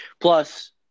Plus